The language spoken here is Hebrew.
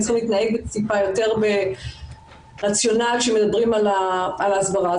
צריכים להתנהג טיפה יותר ברציונל כשמדברים על ההסברה.